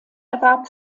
erwarb